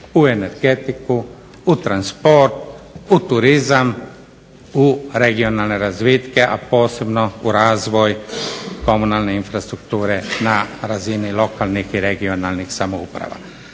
u energetiku, u transport, u turizam, u regionalne razvitke a posebno u razvoj komunalne infrastrukture na razini lokalnih i regionalnih samouprava.